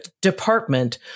department